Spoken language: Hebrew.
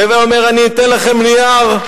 הווי אומר: אני אתן לכם נייר,